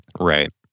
Right